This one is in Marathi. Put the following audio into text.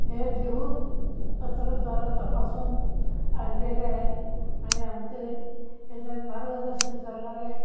हे लिहून पत्राद्वारा तपासून आणलेले आहेत आणि आमचे हे मार्गदर्शन करणारे